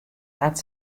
waard